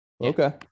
Okay